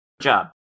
job